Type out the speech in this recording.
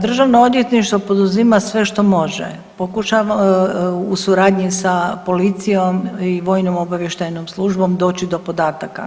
Državno odvjetništvo poduzima sve što može u suradnji sa policijom i vojnom obavještajnom službom doći do podataka.